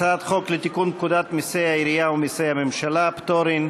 הצעת חוק לתיקון פקודת מסי העירייה ומסי הממשלה (פטורין)